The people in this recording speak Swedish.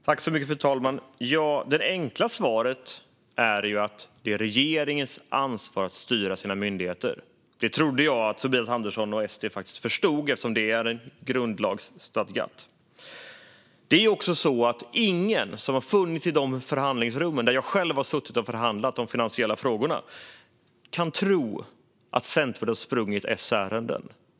Fru talman! Det enkla svaret är att det är regeringens ansvar att styra myndigheterna. Det trodde jag att Tobias Andersson och Sverigedemokraterna förstod eftersom det ju är grundlagsstadgat. Ingen som har befunnit sig i de förhandlingsrum där jag själv har suttit och förhandlat de finansiella frågorna kan tro att Centerpartiet har sprungit Socialdemokraternas ärenden.